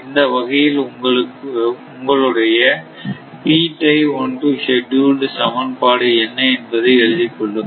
இந்த வகையில் உங்களுடைய சமன்பாடு என்ன என்பதை எழுதிக் கொள்ளுங்கள்